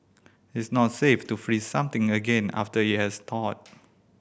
is not safe to freeze something again after it has thawed